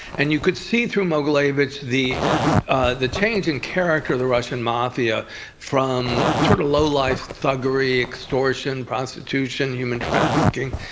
and you could see through mogilevich the ah the change in character of the russian mafia from sort of lowlife thuggery, extortion, prostitution, human trafficking,